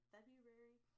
February